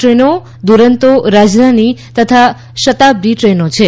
ટ્રેનો દુરન્તો રાજધાની તથા શતાબ્દી ટ્રેનો છે